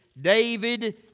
David